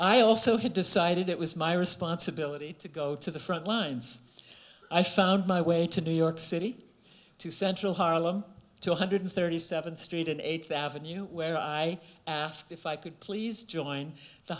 i also had decided it was my responsibility to go to the front lines i found my way to new york city to central harlem to one hundred thirty seventh street and eighth avenue where i asked if i could please join the